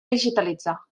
digitalitzar